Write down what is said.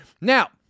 Now